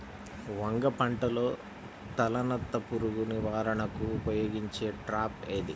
వంగ పంటలో తలనత్త పురుగు నివారణకు ఉపయోగించే ట్రాప్ ఏది?